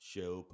Show